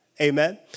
amen